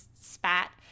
spat